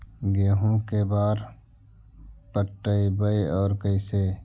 गेहूं के बार पटैबए और कैसे?